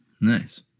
nice